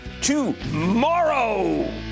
tomorrow